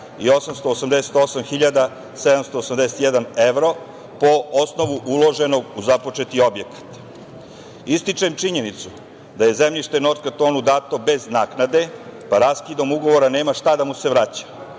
i 888.781 evro, a po osnovu uloženog u započeti objekat. Ističem činjenicu da je zemljište „Nort kartonu“ dato bez naknade, pa raskidom ugovora nema šta da mu se vraća.